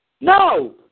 No